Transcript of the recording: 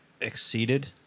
exceeded